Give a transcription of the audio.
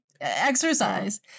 exercise